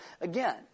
Again